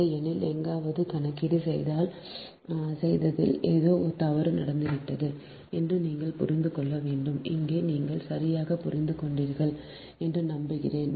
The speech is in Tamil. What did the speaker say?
இல்லையெனில் எங்காவது கணக்கீடு செய்ததில் ஏதோ தவறு நடந்துவிட்டது என்று நீங்கள் புரிந்து கொள்ள வேண்டும் அல்லது நீங்கள் சரியாக புரிந்து கொண்டீர்கள் என்று நம்புகிறேன்